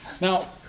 Now